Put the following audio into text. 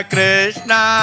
Krishna